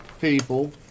people